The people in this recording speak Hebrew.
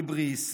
היבריס,